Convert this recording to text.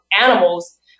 animals